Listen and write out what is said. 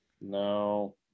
no